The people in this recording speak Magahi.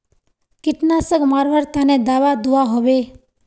कीटनाशक मरवार तने दाबा दुआहोबे?